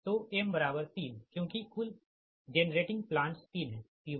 तो m3 क्योंकि कुल जेनरेटिंग प्लांट्स तीन है P1P2P3